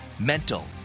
mental